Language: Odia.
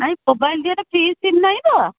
ନାହିଁ ମୋବାଇଲ ଦେହରେ ଫ୍ରି ସିମ୍ ନାହିଁ ତ